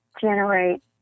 generate